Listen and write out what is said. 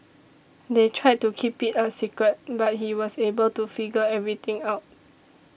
they tried to keep it a secret but he was able to figure everything out